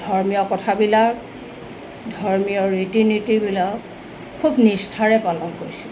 ধৰ্মীয় কথাবিলাক ধৰ্মীয় ৰীতি নীতিবিলাক খুব নিষ্ঠাৰে পালন কৰিছিলে